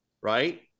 right